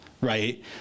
right